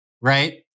right